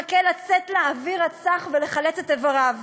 מחכה לצאת לאוויר הצח ולחלץ את איבריו.